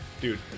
Dude